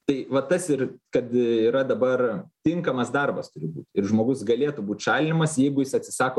tai vat tas ir kad yra dabar tinkamas darbas turi būt ir žmogus galėtų būt šalinamas jeigu jis atsisako